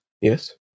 Yes